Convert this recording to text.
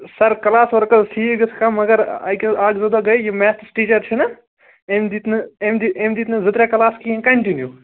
سر class ؤرٕک حظ ٹھیٖک گَژھان مگر اکہِ اَکھ زٕ دۄہ گٔے یہٕ میتھٕس ٹیٖچَر چھُناہ أمۍ دِتۍ نہٕ أمۍ دِتۍ أمۍ دِتۍ نہٕ زٕ ترٛےٚ کٕلاس کِہیٖنٛۍ کَنٹِنیوٗ